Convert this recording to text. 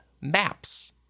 maps